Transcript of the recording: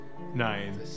Nine